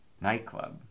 nightclub